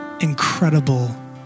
incredible